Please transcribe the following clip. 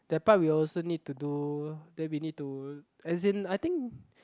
that part we also need to do then we need to as in I think